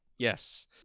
Yes